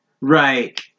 Right